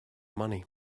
money